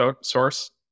source